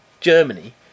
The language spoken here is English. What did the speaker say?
Germany